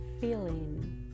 Feeling